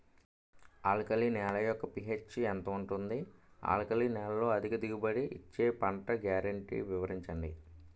Alkali నేల యెక్క pH ఎంత ఉంటుంది? ఆల్కలి నేలలో అధిక దిగుబడి ఇచ్చే పంట గ్యారంటీ వివరించండి?